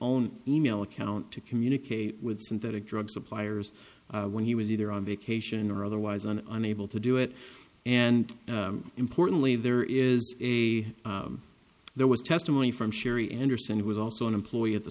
own e mail account to communicate with synthetic drug suppliers when he was either on vacation or otherwise on unable to do it and importantly there is a there was testimony from sherry anderson who was also an employee at the